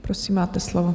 Prosím, máte slovo.